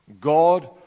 God